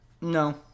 No